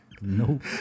Nope